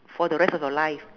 for the rest of your life